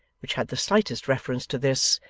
which had the slightest reference to this,